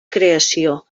creació